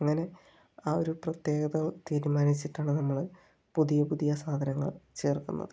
അങ്ങനെ ആ ഒരു പ്രത്യേകത തീരുമാനിച്ചിട്ടാണ് നമ്മൾ പുതിയ പുതിയ സാധനങ്ങൾ ചേർക്കുന്നത്